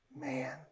Man